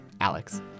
Alex